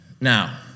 Now